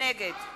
נגד מה?